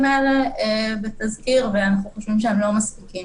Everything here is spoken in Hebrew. האלה בתזכיר ואנחנו חושבים שהם לא מספיקים.